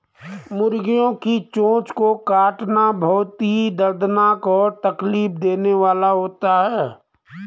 मुर्गियों की चोंच को काटना बहुत ही दर्दनाक और तकलीफ देने वाला होता है